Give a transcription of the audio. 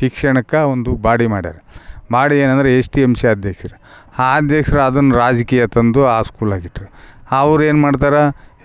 ಶಿಕ್ಷಣಕ್ಕೆ ಒಂದು ಬಾಡಿ ಮಾಡ್ಯಾರೆ ಮಾಡಿ ಏನಂದ್ರೆ ಎಸ್ಡಿಎಂಸಿ ಅದ್ಯಕ್ಷರ ಹಾ ಅದ್ಯಕ್ಷರ ಅದನ್ನು ರಾಜಕೀಯ ತಂದು ಆ ಸ್ಕೂಲಾಗ್ ಇಟ್ರು ಅವ್ರ್ ಏನ್ಮಾಡ್ತಾರೆ